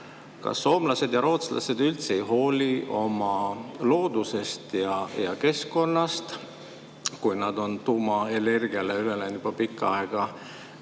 ka soomlased ja rootslased üldse ei hooli oma loodusest ja keskkonnast, kui nad on tuumaenergiale üle läinud juba pikka aega? Kas nad